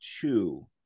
two